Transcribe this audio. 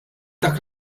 dak